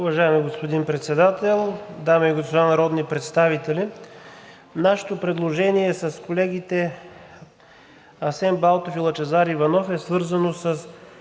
Уважаеми господин Председател, дами и господа народни представители! Нашето предложение – с колегите Асен Балтов и Лъчезар Иванов, е свързано с